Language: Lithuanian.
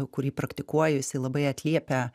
kurį praktikuoju jisai labai atliepia